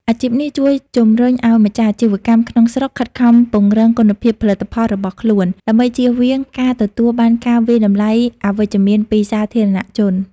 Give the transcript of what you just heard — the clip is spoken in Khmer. អាជីពនេះជួយជំរុញឱ្យម្ចាស់អាជីវកម្មក្នុងស្រុកខិតខំពង្រឹងគុណភាពផលិតផលរបស់ខ្លួន ដើម្បីជៀសវាងការទទួលបានការវាយតម្លៃអវិជ្ជមានពីសាធារណជន។